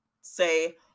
say